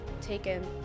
taken